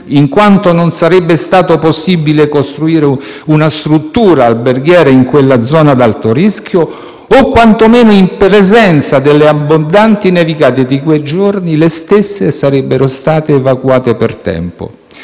in quanto non sarebbe stato possibile costruire una struttura alberghiera in quella zona ad alto rischio o quantomeno, in presenza delle abbondanti nevicate di quei giorni, le stesse sarebbero state evacuate per tempo.